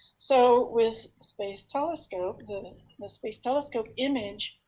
so with space telescope, the the space telescope image,